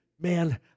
man